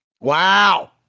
wow